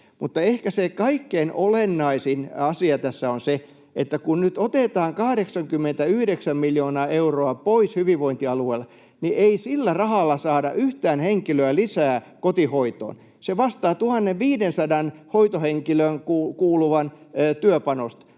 mutta ehkä se kaikkein olennaisin asia tässä on se, että kun nyt otetaan 89 miljoonaa euroa pois hyvinvointialueilta, niin ei sillä rahalla saada yhtään henkilöä lisää kotihoitoon. Se vastaa 1 500:n hoitohenkilöstöön kuuluvan työpanosta.